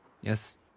yes